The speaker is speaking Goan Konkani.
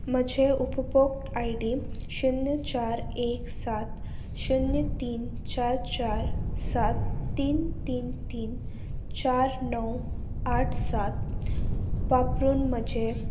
म्हजें उपभोग आय डी शुन्य चार एक सात शुन्य तीन चार चार सात तीन तीन तीन चार णव आठ सात वापरून म्हजें